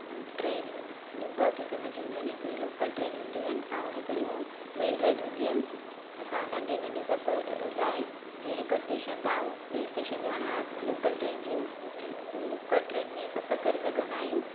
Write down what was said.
train नूं ॿ क़िसम जी हूंदी आहिनि हिकिड़ी लोकल ट्रेन हूंदियूं आहिनि ऐं हिकिड़ियूं मेल ट्रैन हूंदी आहिनि असां नंढे नंढे सफ़र लाइ जीअं हिकु स्टेशन था ॿिए स्टेशन ते वञण असां लोकल ट्रेन जी यूज़ ट्र लोकल ट्रेन में ई सफ़रु करे सघंदा आहियूं